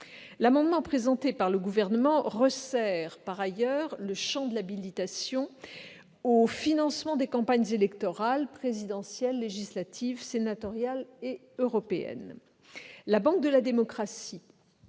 l'amendement présenté par le Gouvernement tend à resserrer le champ de l'habilitation au financement des campagnes électorales présidentielles, législatives, sénatoriales et européennes. La banque de la démocratie